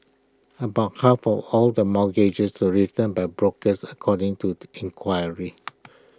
about half of all the mortgages are written by brokers according to the inquiry